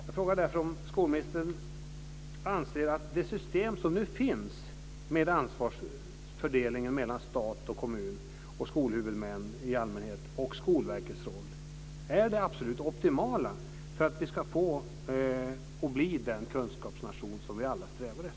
Jag frågar därför om skolministern anser att det system som nu finns med ansvarsfördelning mellan stat, kommun och i allmänhet skolhuvudmän och Skolverkets roll är det absolut optimala för att vi ska bli den kunskapsnation som vi alla strävar efter.